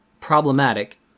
problematic